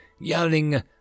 yelling